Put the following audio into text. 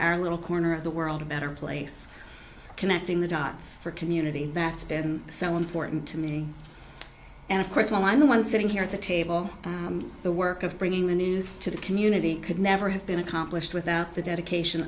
our little corner of the world a better place connecting the dots for community that's been so important to me and of course while i'm the one sitting here at the table the work of bringing the news to the community could never have been accomplished without the dedication